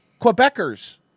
Quebecers